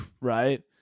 right